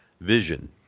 vision